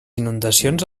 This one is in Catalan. inundacions